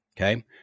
Okay